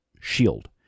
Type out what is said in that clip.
shield